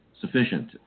sufficient